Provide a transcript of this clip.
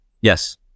Yes